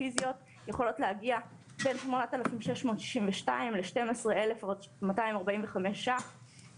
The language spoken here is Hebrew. פיזיות יכולות להגיע בין 8,662 ל-12,245 ₪.